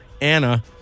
Anna